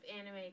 anime